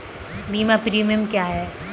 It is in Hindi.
बीमा प्रीमियम क्या है?